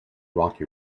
rocky